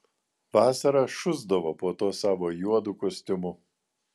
vasarą šusdavo po tuo savo juodu kostiumu